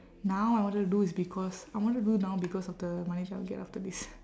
now I wanted to do is because I want to do now because of the money I will get after this